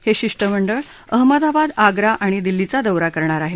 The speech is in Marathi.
हे शिष्टमंडळ अहमदाबाद आग्रा आणि दिल्लीचा दौरा करणार आहे